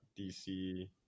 DC